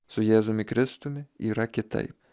su jėzumi kristumi yra kitaip